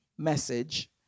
message